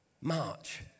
March